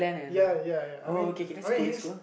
ya ya ya I mean I mean his